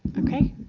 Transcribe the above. okay,